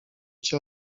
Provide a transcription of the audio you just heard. cię